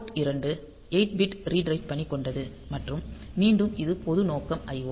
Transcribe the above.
board 2 8 bit read write பணி கொண்டது மற்றும் மீண்டும் இது பொது நோக்கம் IO